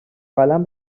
قلم